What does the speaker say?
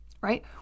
right